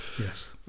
yes